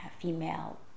female